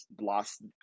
lost